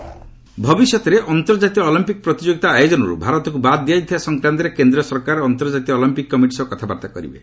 Rijiju IOC ଭବିଷ୍ୟତରେ ଅନ୍ତର୍ଜାତୀୟ Olympic ପ୍ରତିଯୋଗିତା ଆୟୋଜନରୁ ଭାରତକୁ ବାଦ୍ ଦିଆଯାଇଥିବା ସଂକ୍ରାନ୍ତରେ କେନ୍ଦ୍ର ସରକାର ଅନ୍ତର୍ଜାତୀୟ ଅଲମ୍ପିକ୍ କମିଟି ସହ କଥାବାର୍ତ୍ତା କରିବେ